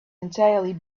entirely